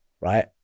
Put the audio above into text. right